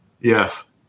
Yes